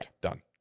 Done